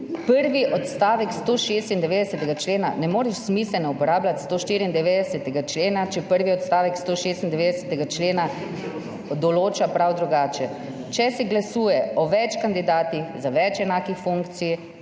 prvim odstavek 196. člena ne moreš smiselno uporabljati 194. člena, če prvi odstavek 196. člena določa prav drugače. Če se glasuje o več kandidatih za več enakih funkcij,